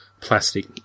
plastic